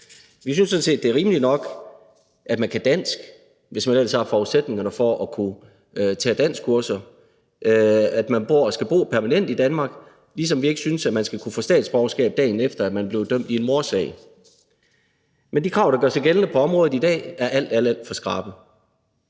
Vi synes sådan set, det er rimeligt nok, at man kan dansk, hvis man ellers har forudsætningerne for at kunne tage danskkurser, og at man skal bo permanent i Danmark, ligesom vi ikke synes, at man skal kunne få statsborgerskab, dagen efter man er blevet dømt i en mordsag. Men de krav, der gør sig gældende på området i dag, er alt, alt for skrappe.